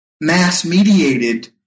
mass-mediated